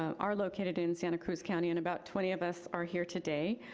are located in santa cruz county and about twenty of us are here today.